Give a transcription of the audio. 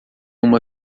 uma